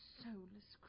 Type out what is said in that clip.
soulless